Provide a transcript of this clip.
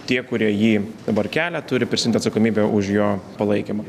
tie kurie jį dabar kelia turi prisiimti atsakomybę už jo palaikymą